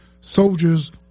Soldiers